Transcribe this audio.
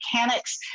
mechanics